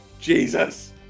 Jesus